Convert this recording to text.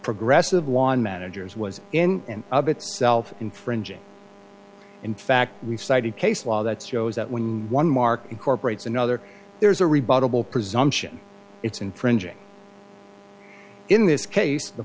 progressive one managers was in and of itself infringing in fact we've cited case law that shows that when one mark incorporates another there is a rebuttable presumption it's infringing in this case the